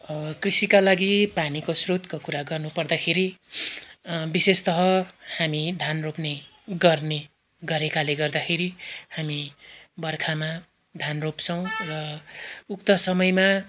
कृषिका लागि पानीको स्रोतको कुरा गर्नुपर्दाखेरि विशेषतः हामी धान रोप्ने गर्ने गरेको गर्दाखेरि हामी बर्खामा धान रोप्छौँ र उक्त समयमा